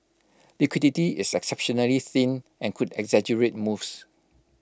liquidity is exceptionally thin and could exaggerate moves